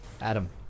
Adam